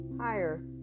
higher